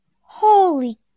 Holy